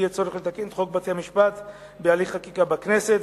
יהיה צורך לתקן את חוק בתי-המשפט בהליך חקיקה בכנסת.